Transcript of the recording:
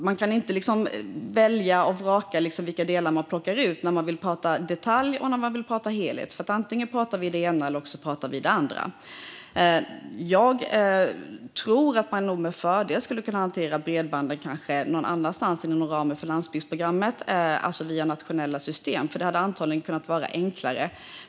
Man kan inte välja och vraka vilka delar man plockar ut när man vill prata detalj och när man vill prata helhet. Antingen pratar vi det ena eller också pratar vi det andra. Jag tror nog att man med fördel skulle kunna hantera bredbanden någon annanstans än inom ramen för landsbygdsprogrammet, det vill säga via nationella system. Det hade antagligen kunnat vara enklare.